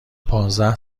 پانزده